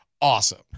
Awesome